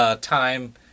time